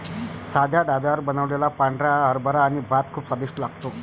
साध्या ढाब्यावर बनवलेला पांढरा हरभरा आणि भात खूप स्वादिष्ट लागतो